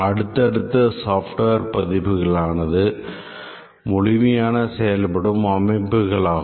அடுத்தடுத்த software பதிப்புகளானது முழுமையான செயல்படும் அமைப்புகளாகும